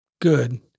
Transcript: good